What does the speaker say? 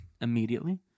immediately